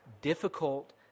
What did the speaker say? difficult